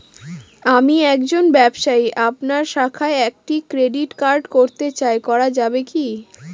আমি একজন ব্যবসায়ী আপনার শাখায় একটি ক্রেডিট কার্ড করতে চাই করা যাবে কি?